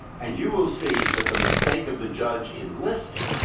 and you will see that the mistake of the judge in listing